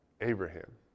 Abraham